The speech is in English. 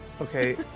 Okay